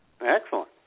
Excellent